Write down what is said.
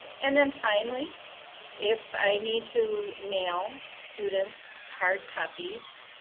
and then finally if i need to mail students hard copies,